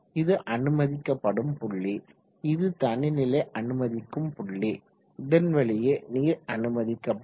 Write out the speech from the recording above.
இது அனுமதிக்கப்படும் புள்ளி இது தனி நிலை அனுமதிக்கும் புள்ளி இதன் வழியே நீர் அனுமதிக்கப்படும்